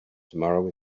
tomorrow